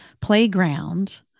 playground